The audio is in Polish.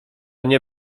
nie